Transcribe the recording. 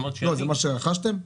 זה מה שרכשתם?